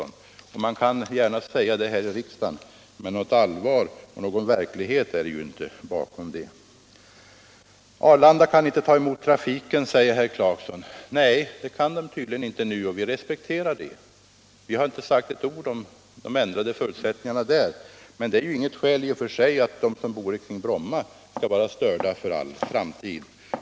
Även om man kan tillåta sig att säga så i riksdagen, ligger det inte någon verklighet bakom det. Arlanda kan inte ta emot trafiken nu, säger herr Clarkson. Nej, det kan man tydligen inte göra, och vi respekterar det. Vi har inte sagt ett ord om de ändrade förutsättningarna på Arlanda. Men detta är ju inget skäl för att de som bor i Bromma skall störas i all framtid.